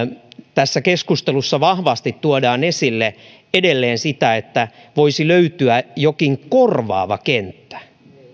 tässä keskustelussa edelleen vahvasti tuodaan esille sitä että voisi löytyä jokin korvaava kenttä